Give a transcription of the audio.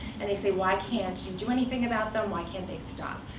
and they say, why can't you do anything about them? why can't they stop?